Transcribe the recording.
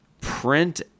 print